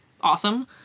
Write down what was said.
awesome